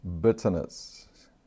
Bitterness